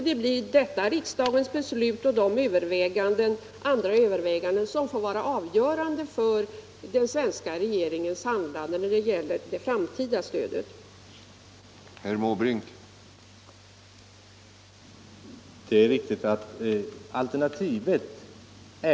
Det blir detta riksdagens beslut och andra överväganden som får vara avgörande för den svenska regeringens handlande när det gäller det framtida multilaterala stödet.